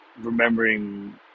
remembering